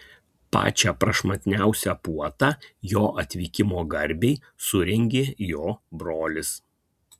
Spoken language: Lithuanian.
pačią prašmatniausią puotą jo atvykimo garbei surengė jo brolis